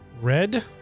Red